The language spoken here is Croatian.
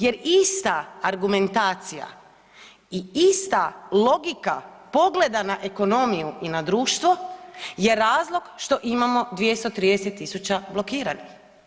Jer ista argumentacija i ista logika pogleda na ekonomiju i na društvo je razlog što imamo 230.000 blokiranih.